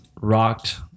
rocked